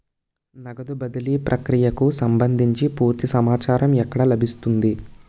నగదు బదిలీ ప్రక్రియకు సంభందించి పూర్తి సమాచారం ఎక్కడ లభిస్తుంది?